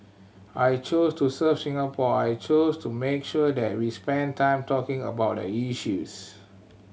I chose to serve Singapore I chose to make sure that we spend time talking about the issues